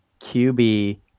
QB